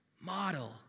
Model